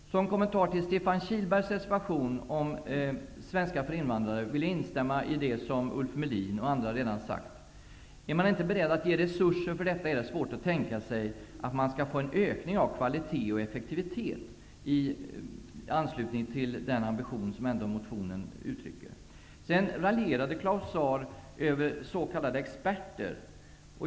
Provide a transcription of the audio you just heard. Som kommentar till Stefan Kihlbergs reservation om Svenska för invandrare, vill jag instämma i det som Ulf Melin och andra redan sagt. Är man inte beredd att ge resurser till detta är det svårt att tänka sig att kvalitet och effektivitet kommer att öka i enlighet med motionens ambitioner. Sedan raljerade Claus Zaar över s.k. experter.